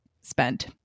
spent